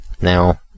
Now